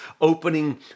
opening